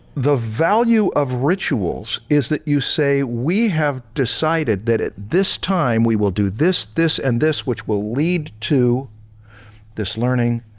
the value of rituals is that you say, we have decided that at this time we will do this, this, and this, which will lead to this learning,